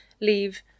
leave